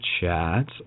chat